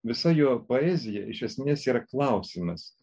visa jo poezija iš esmės yra klausimas